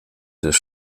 des